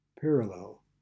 parallel